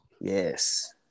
Yes